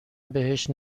بهش